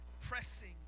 pressing